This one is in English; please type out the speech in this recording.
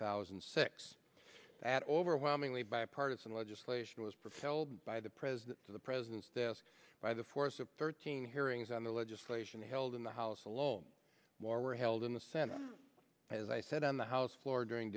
thousand and six at overwhelmingly bipartisan legislation was propelled by the president to the president's desk by the force of thirteen hearings on the legislation held in the house alone more were held in the senate as i said on the house floor during